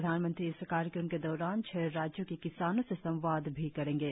प्रधानमंत्री इस कार्यक्रम के दौरान छह राज्यों के किसानों से संवाद भी करेंगे